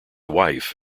wife